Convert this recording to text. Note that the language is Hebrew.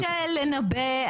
קשה לנבא.